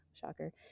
Shocker